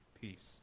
Peace